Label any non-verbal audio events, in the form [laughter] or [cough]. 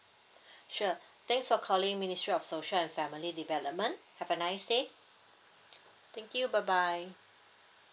[breath] sure thanks for calling ministry of social and family development have a nice day thank you bye bye